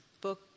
book